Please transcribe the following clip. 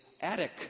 attic